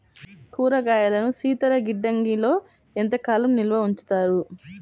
కూరగాయలను శీతలగిడ్డంగిలో ఎంత కాలం నిల్వ ఉంచుతారు?